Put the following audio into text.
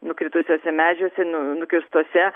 nukritusiuose medžiuose nukirstuose